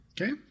Okay